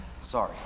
Sorry